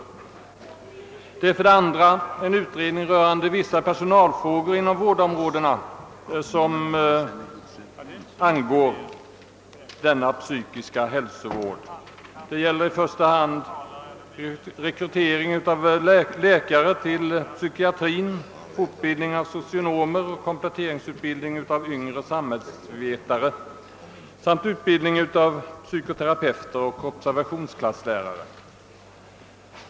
För det andra är det fråga om en utredning rörande vissa personalfrågor inom vårdområdena som angår denna psykiska hälsovård — främst gäller det rekrytering av läkare till psykiatrin; fortbildning av socionomer, kompletteringsutbildning av yngre samhällsvetare samt utbildning av psykoterapeuter och observationsklasslärare.